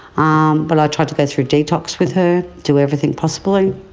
um but i tried to go through detox with her, do everything possible.